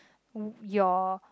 your